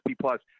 Plus